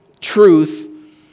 truth